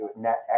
net